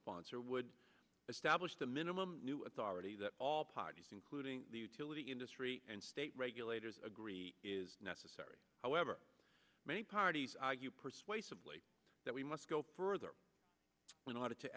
sponsor would establish the minimum new authority that all parties including the utility industry and state regulators agree is necessary however many parties argue persuasively that we must go further in order to